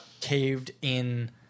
caved-in